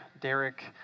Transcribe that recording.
Derek